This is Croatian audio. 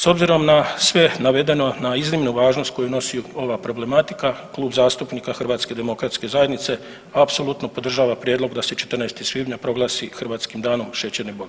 S obzirom na sve navedeno, na iznimnu važnost koju nosi ova problematika Klub zastupnika HDZ-a apsolutno podržava prijedlog da se 14. svibnja proglasi Hrvatskim danom šećerne bolesti.